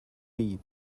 lead